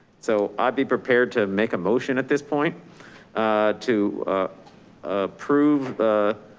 so i'd be prepared to make a motion at this point to ah prove,